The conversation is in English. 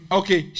okay